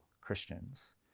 Christians